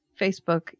Facebook